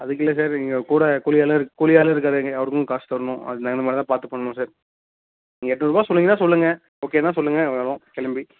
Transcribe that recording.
அதுக்கு இல்லை சார் இங்கே கூட கூலி ஆளு கூலி ஆளும் இருக்காருங்க அவருக்கும் காசு தரணும் அதுக்கு தகுந்த மாதிரி தான் பார்த்து பண்ணணும் சார் நீங்கள் எட்நூறுரூபா சொன்னீங்கன்னா சொல்லுங்கள் ஓகேன்னா சொல்லுங்கள் வரோம் கிளம்பி